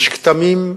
יש כתמים,